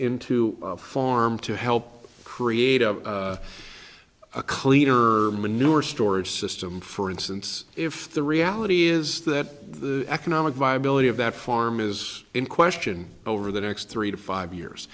into farm to help create a a cleaner manure storage system for instance if the reality is that the economic viability of that farm is in question over the next three to five years